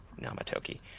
Namatoki